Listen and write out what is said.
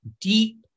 deep